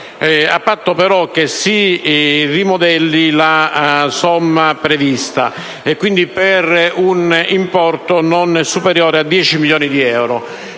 a patto peroche si rimoduli la somma prevista, per un importo non superiore a 10 milioni di euro.